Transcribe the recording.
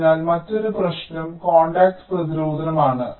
അതിനാൽ മറ്റൊരു പ്രശ്നം കോൺടാക്റ്റ് പ്രതിരോധമാണ്